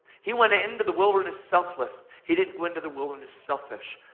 he went into the wilderness selfless. he didn't go into the wilderness selfish.